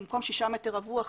במקום שישה מטרים רבועים,